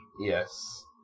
Yes